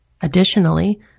Additionally